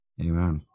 Amen